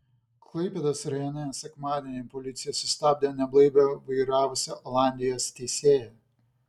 klaipėdos rajone sekmadienį policija sustabdė neblaivią vairavusią olandijos teisėją